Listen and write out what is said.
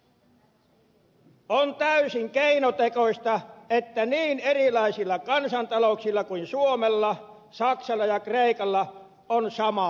on täysin keinotekoista että niin erilaisilla kansantalouksilla kuin suomella saksalla ja kreikalla on sama valuutta